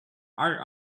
are